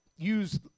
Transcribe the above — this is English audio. Use